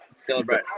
Celebrate